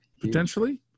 Potentially